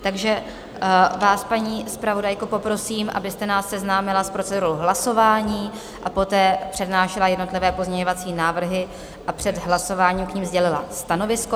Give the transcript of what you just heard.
Takže vás, paní zpravodajko, poprosím, abyste nás seznámila s procedurou hlasování, poté přednášela jednotlivé pozměňovací návrhy a před hlasováním k nim sdělila stanovisko.